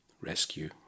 rescue